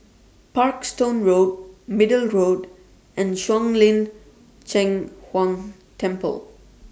Parkstone Road Middle Road and Shuang Lin Cheng Huang Temple